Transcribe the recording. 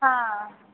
ಹಾಂ